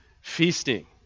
feasting